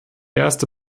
erste